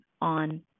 on